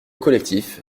collectif